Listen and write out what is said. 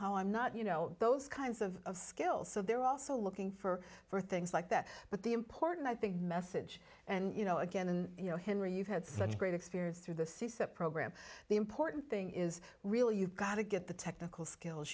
how i'm not you know those kinds of skills so they're also looking for for things like that but the important i think message and you know again and you know him or you've had such great experience through the system program the important thing is really you've got to get the technical skills